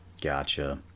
Gotcha